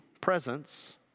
presence